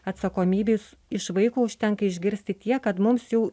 atsakomybėj iš vaiko užtenka išgirsti tiek kad mums jau